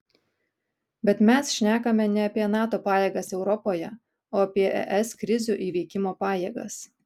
bet mes šnekame ne apie nato pajėgas europoje o apie es krizių įveikimo pajėgas